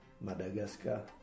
Madagascar